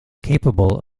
capable